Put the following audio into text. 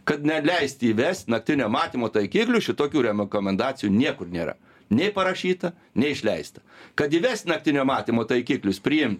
kad neleisti įvest naktinio matymo taikiklių šitokių remokomendacijų niekur nėra nei parašyta nei išleista kad įvest naktinio matymo taikiklius priimt